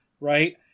right